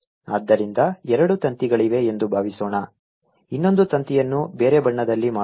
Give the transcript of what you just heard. ಆದ್ದರಿಂದ ಎರಡು ತಂತಿಗಳಿವೆ ಎಂದು ಭಾವಿಸೋಣ ಇನ್ನೊಂದು ತಂತಿಯನ್ನು ಬೇರೆ ಬಣ್ಣದಲ್ಲಿ ಮಾಡೋಣ